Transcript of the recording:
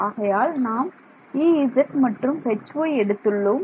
ஆகையால் நாம் Ez மற்றும் Hy எடுத்துள்ளோம்